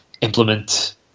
implement